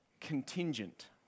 contingent